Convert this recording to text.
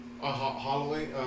Holloway